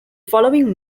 following